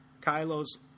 kylo's